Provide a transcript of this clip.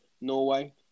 Norway